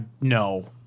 No